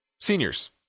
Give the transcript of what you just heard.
Seniors